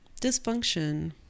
dysfunction